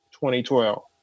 2012